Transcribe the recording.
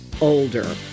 Older